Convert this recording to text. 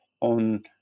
On